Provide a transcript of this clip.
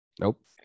nope